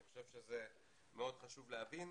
אני חושב שזה מאוד חשוב להבין.